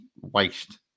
waste